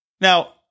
Now